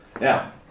Now